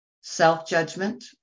self-judgment